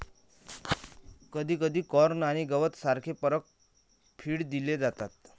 कधीकधी कॉर्न आणि गवत सारखे पूरक फीड दिले जातात